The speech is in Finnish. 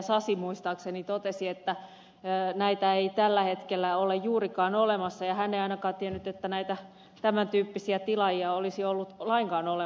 sasi muistaakseni totesi että näitä ei tällä hetkellä ole juurikaan olemassa ja hän ei ainakaan tiennyt että näitä tämän tyyppisiä tilaajia olisi ollut lainkaan olemassa